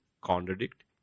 contradict